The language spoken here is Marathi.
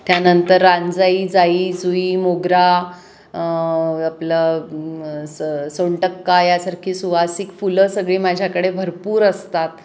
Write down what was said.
त्यानंतर रानजाई जाई जुई मोगरा आपलं स सोनटक्का यासारखी सुवासिक फुलं सगळी माझ्याकडे भरपूर असतात